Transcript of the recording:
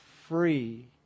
free